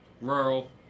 Rural